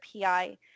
PI